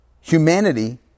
humanity